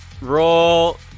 Roll